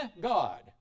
God